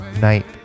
night